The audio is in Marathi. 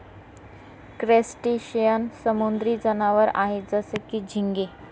क्रस्टेशियन समुद्री जनावर आहे जसं की, झिंगे